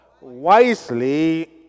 Wisely